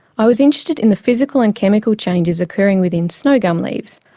i was interested in the physical and chemical changes occurring within snow gum leaves.